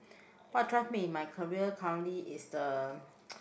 what drive me in my career currently is the